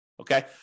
okay